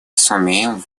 сумеем